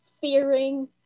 fearing